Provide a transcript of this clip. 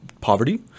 poverty